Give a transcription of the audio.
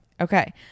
Okay